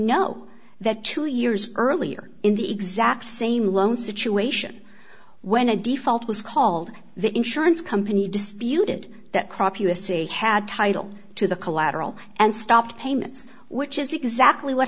know that two years earlier in the exact same loan situation when a default was called the insurance company disputed that crop u s c had title to the collateral and stopped payments which is exactly what